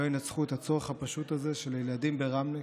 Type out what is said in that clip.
ינצחו את הצורך הפשוט הזה שלילדים ברמלה,